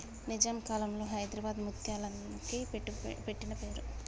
నిజాం కాలంలో హైదరాబాద్ ముత్యాలకి పెట్టిన పేరు